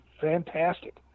fantastic